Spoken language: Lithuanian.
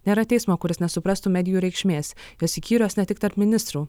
nėra teismo kuris nesuprastų medijų reikšmės jos įkyrios ne tik tarp ministrų